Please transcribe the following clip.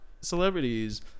celebrities